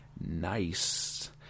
Nice